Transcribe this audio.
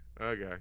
Okay